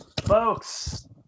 Folks